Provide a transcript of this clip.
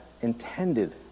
intended